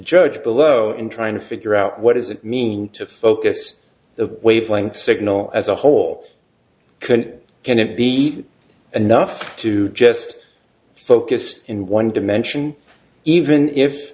judge below in trying to figure out what does it mean to focus the wavelength signal as a whole can it be enough to just focus in one dimension even